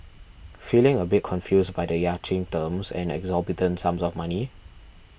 feeling a bit confused by the yachting terms and exorbitant sums of money